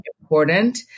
important